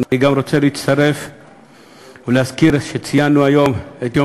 אני גם רוצה להצטרף ולהזכיר שציינו היום את יום